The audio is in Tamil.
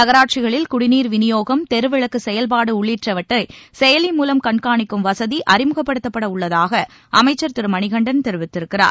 நகராட்சிகளில் கடிநீர் விநியோகம் தெருவிளக்கு செயல்பாடு உள்ளிட்டவற்றை செயலி மூலம் கண்காணிக்கும் வசதி அறிமுகப்படுத்தப்பட உள்ளதாக அமைச்சர் திரு மணிகண்டன் தெரிவித்திருக்கிறார்